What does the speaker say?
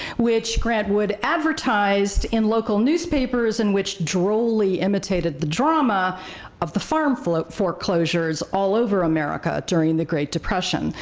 which grant wood advertised in local newspapers in which drolly imitated the drama of the farm flip foreclosures all over america during the great depression.